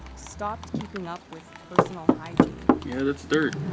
stopped keeping up with personal hygiene. yeah, that's dirt,